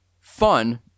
fun